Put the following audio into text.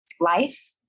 life